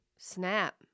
snap